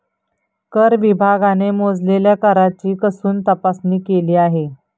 कर विभागाने मोजलेल्या कराची कसून तपासणी केली आहे